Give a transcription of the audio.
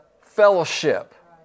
fellowship